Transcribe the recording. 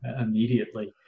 immediately